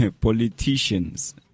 politician's